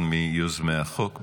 אחד מיוזמי החוק,